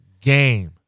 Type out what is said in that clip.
game